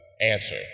answer